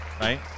right